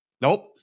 Nope